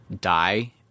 die